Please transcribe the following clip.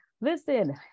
Listen